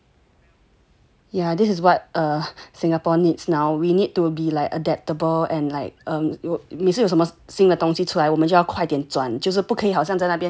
yeah this is what err Singapore needs now we need to be like adaptable and like um 有每次有什么新的东西出来我们就要快点转